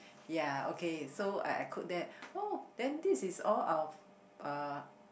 ya okay so I I cook that oh then this is all of uh